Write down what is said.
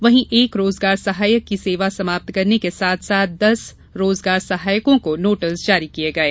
वहीं एक रोजगार सहायक की सेवा समाप्त करने के साथ साथ दस रोजगार सहायकों को नोटिस जारी किये गये